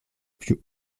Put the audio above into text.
plus